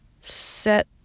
set